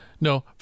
no